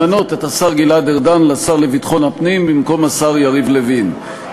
למנות את השר גלעד ארדן לשר לביטחון הפנים במקום השר יריב לוין,